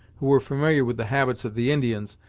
who were familiar with the habits of the indians,